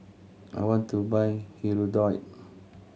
I want to buy Hirudoid